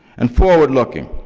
and forward looking.